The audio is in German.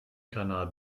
kanal